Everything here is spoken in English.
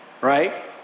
Right